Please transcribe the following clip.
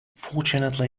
fortunately